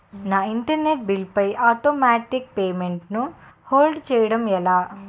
నా internet bill పై automatic payment ను హోల్డ్ చేయటం ఎలా?